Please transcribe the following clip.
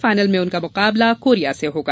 final में उसका मुकाबला कोरिया से होगा